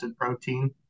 protein